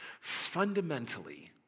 fundamentally